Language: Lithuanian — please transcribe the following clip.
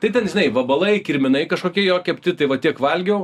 tai ten žinai vabalai kirminai kažkokie jo kepti tai va tiek valgiau